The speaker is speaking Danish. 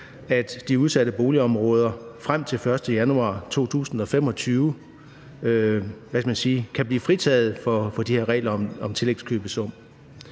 at de udsatte boligområder frem til den 1. januar 2025 kan blive fritaget for de her regler om tillægskøbesum.